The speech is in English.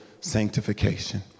sanctification